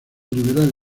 liberal